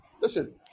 Listen